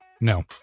no